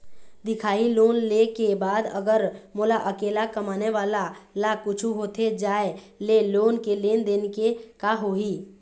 दिखाही लोन ले के बाद अगर मोला अकेला कमाने वाला ला कुछू होथे जाय ले लोन के लेनदेन के का होही?